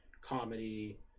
comedy